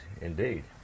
indeed